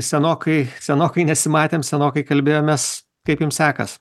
senokai senokai nesimatėm senokai kalbėjomės kaip jums sekas